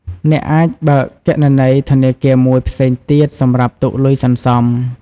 អ្នកអាចបើកគណនីធនាគារមួយផ្សេងទៀតសម្រាប់ទុកលុយសន្សំ។